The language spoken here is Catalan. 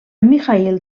mikhaïl